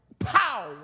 Power